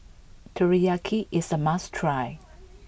Teriyaki is a must try